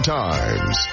times